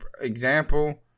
example